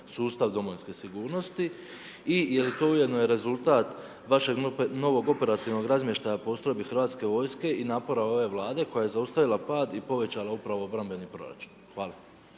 sustav domovinske sigurnosti? I je li to ujedno i rezultat vašeg novog operativnog razmještaja postrojbi Hrvatske vojske i napora ove Vlade koja je zaustavila pad i povećala upravo obrambeni proračun? Hvala.